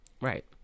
Right